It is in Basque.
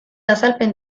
azalpen